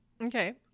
Okay